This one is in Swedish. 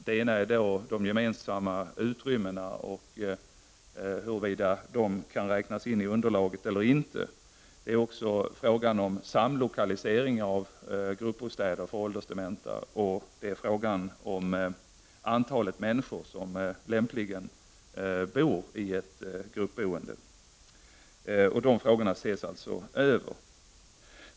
Det första gäller de gemensamma utrymmena och huruvida de kan räknas in i underlaget eller inte. Det andra gäller samlokalisering av gruppbostäder för åldersdementa. Och det tredje gäller antalet människor som lämpligen skall bo i ett gruppboende. Dessa frågor ses alltså över.